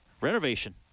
renovation